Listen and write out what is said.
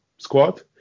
squad